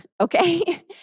okay